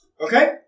Okay